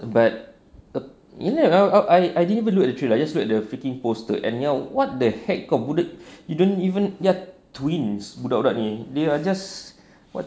but err you know I I didn't even look trailer I just look at the freaking post and yell what the heck you don't even they are twins budak-budak ni they are just